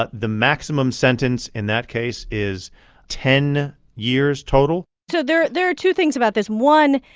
ah the maximum sentence in that case is ten years total so there there are two things about this. one,